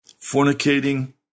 fornicating